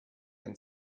and